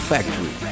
Factory